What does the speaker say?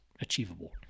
achievable